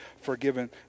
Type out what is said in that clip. forgiven